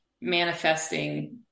manifesting